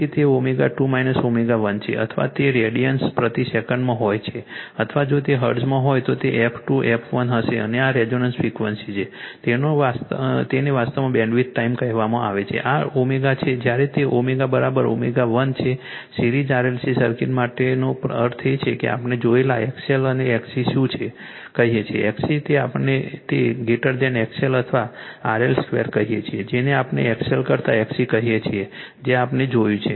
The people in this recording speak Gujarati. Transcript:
તેથી તે ω2 ω1 છે અથવા જો તે રેડિયન પ્રતિ સેકન્ડમાં હોય અથવા જો તે હર્ટ્ઝ હોય તો તે f2 f1 હશે અને આ રેઝોનન્સ ફ્રિક્વન્સી છે તેને વાસ્તવમાં બેન્ડવિડ્થ ટાઈમ કહેવાય છે અને આ ω છે જ્યારે તે ω ω1 છે સીરિઝ RLC સર્કિટ માટેનો અર્થ એ છે કે આપણે જોયેલા XL અને XC શું કહીએ છીએ XC ને આપણે તે XL અથવા RL2 કહીએ છીએ જેને આપણે XL કરતાં XC કહીએ છીએ જે આપણે જોયું છે